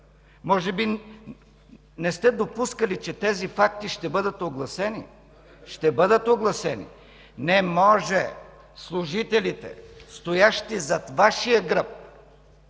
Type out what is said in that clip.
Може би не сте допускали, че тези факти ще бъдат огласени?! Ще бъдат огласени. Не може служителите, стоящи зад Вашия гръб,